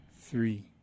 three